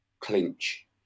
clinch